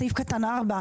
סעיף קטן 4,